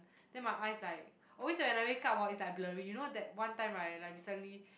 then my eyes like always when I wake up oh it's like blurry you know that one time right like recently